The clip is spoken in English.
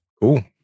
Cool